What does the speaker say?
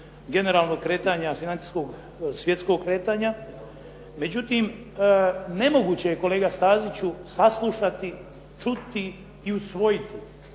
generalnog kretanja financijskog svjetskog kretanja. Međutim, nemoguće je kolega Staziću saslušati, čuti i usvojiti